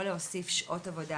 או להוסיף שעות עבודה,